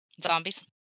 Zombies